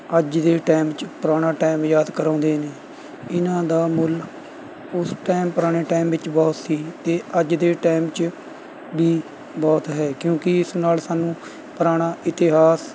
ਅੱਜ ਦੇ ਟਾਇਮ 'ਚ ਪੁਰਾਣਾ ਟਾਇਮ ਯਾਦ ਕਰਾਉਂਦੇ ਨੇ ਇਨ੍ਹਾਂ ਦਾ ਮੁੱਲ ਉਸ ਟਾਇਮ ਪੁਰਾਣੇ ਟਾਇਮ ਵਿੱਚ ਬਹੁਤ ਸੀ ਅਤੇ ਅੱਜ ਦੇ ਟਾਇਮ 'ਚ ਵੀ ਬਹੁਤ ਹੈ ਕਿਉਂਕਿ ਇਸ ਨਾਲ ਸਾਨੂੰ ਪੁਰਾਣਾ ਇਤਿਹਾਸ